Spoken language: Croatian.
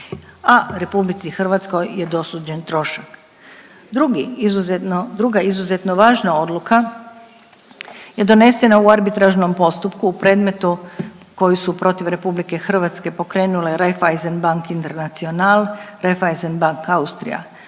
je dosuđen trošak. Drugi izuzetno, druga izuzetno važna odluka je donesena u arbitražnom postupku u predmetu koji su protiv RH pokrenule Raiffeisen Bank International, Raiffeisen Bank Austrija,